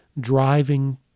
driving